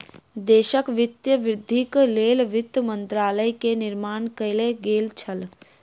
देशक वित्तीय वृद्धिक लेल वित्त मंत्रालय के निर्माण कएल गेल छल